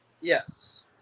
Yes